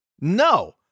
No